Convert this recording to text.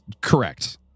Correct